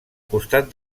costat